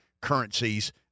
currencies